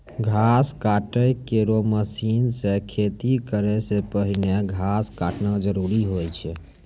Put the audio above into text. घास काटै केरो मसीन सें खेती करै सें पहिने घास काटना जरूरी होय छै?